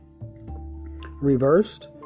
Reversed